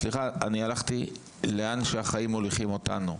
סליחה, אני הלכתי לאן שהחיים מוליכים אותנו,